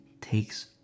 takes